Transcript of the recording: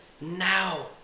now